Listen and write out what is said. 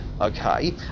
okay